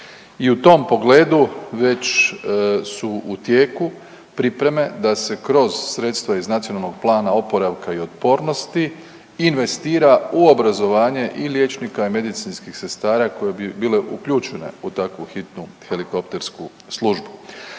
I u tom pogledu su već u tijeku pripreme da se kroz sredstva iz NPOO-a investira u obrazovanje i medicinskih sestara koje bi bile uključene u takvu hitnu helikoptersku službu.